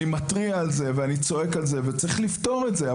אני מתריע על זה ואני צועק על זה וצריך לפתור את זה.